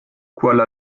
kuala